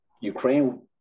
Ukraine